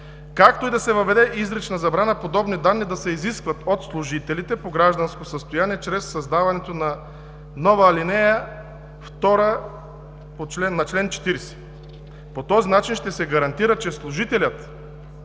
както и да се въведе изрична забрана подобни данни да се изискват от служителите по гражданско състояние чрез създаването на нова ал. 2 на чл. 40. По този начин ще се гарантира, че служителят,